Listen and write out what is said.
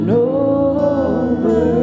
over